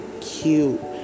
cute